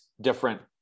different